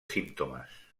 símptomes